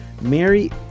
Mary